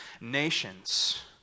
nations